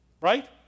Right